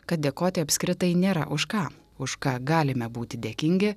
kad dėkoti apskritai nėra už ką už ką galime būti dėkingi